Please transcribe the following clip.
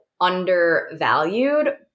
undervalued